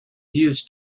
used